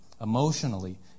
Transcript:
emotionally